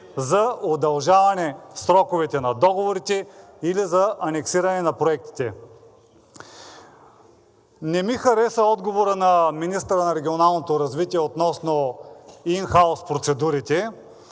за удължаване сроковете на договорите или за анексиране на проектите. Не ми хареса отговорът на министъра на регионалното развитие относно ин хаус процедурите,